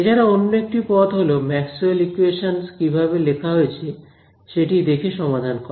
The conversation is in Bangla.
এছাড়া অন্য একটি পথ হলো ম্যাক্সওয়েল ইকোয়েশনস কিভাবে লেখা হয়েছে সেটি দেখে সমাধান করা